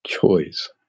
choice